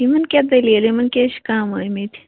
یِمَن کیٛاہ دٔلیٖل یِمَن کیٛاز چھِ کم آمٕتۍ